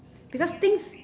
because things